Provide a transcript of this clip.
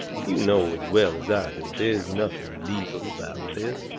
you know as well as i do there's nothing legal about this.